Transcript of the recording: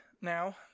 now